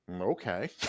okay